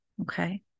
Okay